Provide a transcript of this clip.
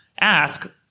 ask